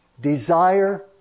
desire